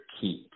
keep